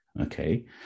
okay